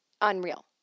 Unreal